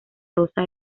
rosa